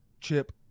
chip